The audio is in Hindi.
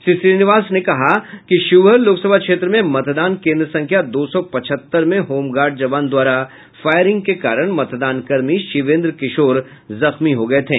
श्री श्रीनिवास ने कहा कि शिवहर लोकसभा क्षेत्र में मतदान केन्द्र संख्या दो सौ पचहत्तर में होमगार्ड जवान द्वारा फायरिंग के कारण मतदान कर्मी शिवेन्द्र किशोर जख्मी हो गये थे